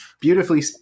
Beautifully